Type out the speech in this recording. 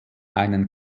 einen